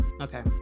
Okay